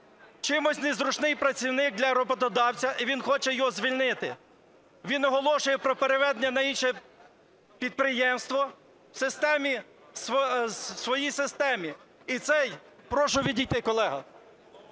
Чимось незручний працівник для роботодавця і він хоче його звільнити. Він оголошує про переведення на інше підприємство в своїй системі. (Прошу відійти, колего).